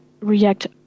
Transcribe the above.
react